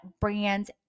brands